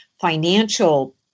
financial